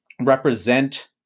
represent